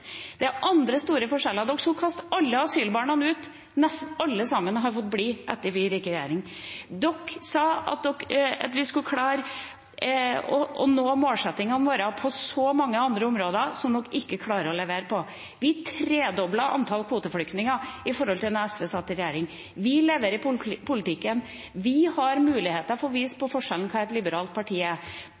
Det er andre store forskjeller: Dere snakket om å kaste alle asylbarna ut; nesten alle har fått bli etter at vi gikk inn i regjering. Dere sa at man skulle klare å nå målsettingene på så mange andre områder som dere ikke klarte å levere på. Vi tredoblet antallet kvoteflyktninger i forhold til da SV satt i regjering. Vi leverer politikken, vi har muligheter til å vise hva som er forskjellen – hva et liberalt parti er.